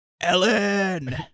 Ellen